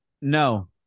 No